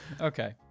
Okay